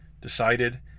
Decided